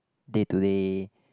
day to day